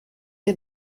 ihr